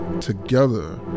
together